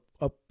up